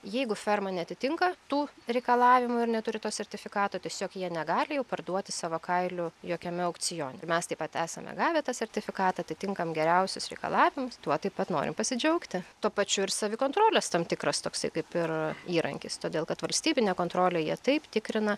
jeigu ferma neatitinka tų reikalavimų ir neturi to sertifikato tiesiog jie negali jau parduoti savo kailių jokiame aukcione ir mes taip pat esame gavę tą sertifikatą atitinkam geriausius reikalavimus tuo taip pat norim pasidžiaugti tuo pačiu ir savikontrolės tam tikras toksai kaip ir įrankis todėl kad valstybinė kontrolė jie taip tikrina